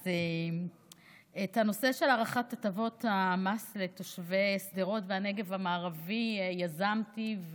את הנושא של הארכת הטבות המס לתושבי שדרות והנגב המערבי יזמתי,